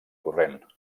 corrent